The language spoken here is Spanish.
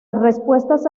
respuestas